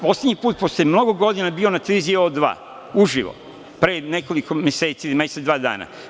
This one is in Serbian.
Poslednji put sam posle mnogo godina bio na televiziji „O2“, uživo, pre nekoliko meseci ili mesec, dva dana.